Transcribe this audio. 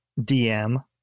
DM